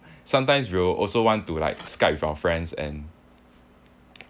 sometimes we'll also want to like skype with our friends and